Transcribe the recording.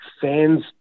fans